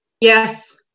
Yes